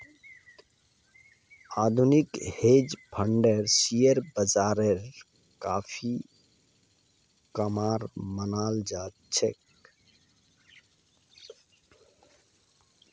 आधुनिक हेज फंडक शेयर बाजारेर काफी कामेर मनाल जा छे